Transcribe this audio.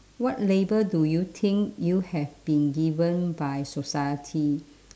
what label do you think you have been given by society